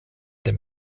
dem